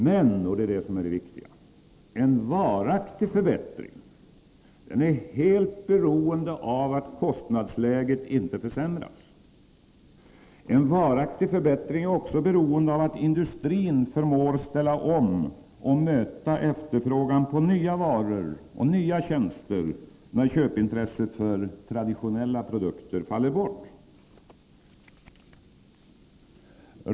Men, och det är det som är viktigt, en varaktig förbättring är helt beroende av att kostnadsläget inte försämras. En varaktig förbättring är också beroende av att industrin förmår ställa om och möta efterfrågan på nya varor och nya tjänster, när köpintresset för traditionella produkter faller bort.